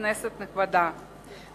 כנסת נכבדה,